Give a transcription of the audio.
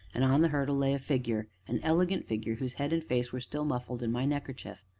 and on the hurdle lay a figure, an elegant figure whose head and face were still muffled in my neckerchief.